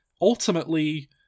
ultimately